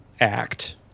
act